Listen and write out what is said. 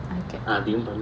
okay